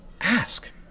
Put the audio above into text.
ask